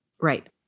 Right